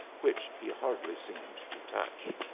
which he hardly seemed to touch!